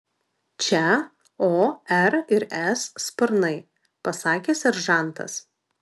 čia o r ir s sparnai pasakė seržantas